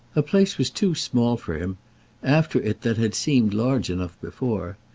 a place was too small for him after it that had seemed large enough before.